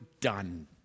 done